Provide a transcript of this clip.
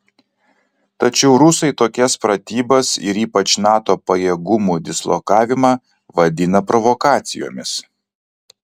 tačiau rusai tokias pratybas ir ypač nato pajėgumų dislokavimą vadina provokacijomis